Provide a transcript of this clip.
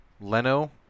Leno